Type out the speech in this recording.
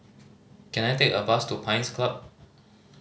can I take a bus to Pines Club